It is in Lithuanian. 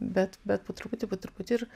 bet bet po truputį po truputį ir